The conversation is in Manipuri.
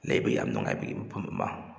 ꯂꯩꯕ ꯌꯥꯝ ꯅꯨꯡꯉꯥꯏꯕꯒꯤ ꯃꯐꯝ ꯑꯃ